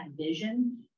vision